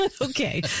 okay